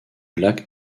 lac